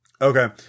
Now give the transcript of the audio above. Okay